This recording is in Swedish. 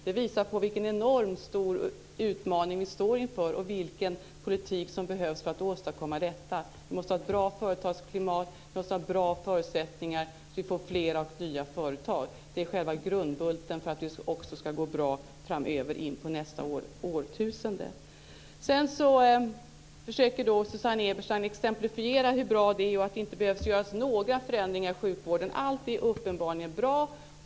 Det visar på vilken enormt stor utmaning vi står inför och vilken politik som behövs för att åstadkomma detta. Vi måste ha ett bra företagsklimat, och vi måste ha bra förutsättningar så att vi får fler nya företag. Det är själva grundbulten för att det också ska gå bra framöver in på nästa årtusende. Sedan försöker Susanne Eberstein exemplifiera hur bra det är och säger att det inte behövs göras några förändringar inom sjukvården. Allt är uppenbarligen bra.